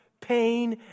pain